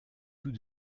tout